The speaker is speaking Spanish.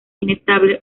inestable